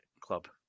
Club